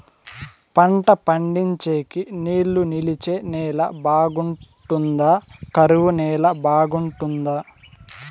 పంట పండించేకి నీళ్లు నిలిచే నేల బాగుంటుందా? కరువు నేల బాగుంటుందా?